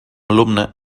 alumne